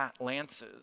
lances